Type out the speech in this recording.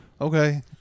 Okay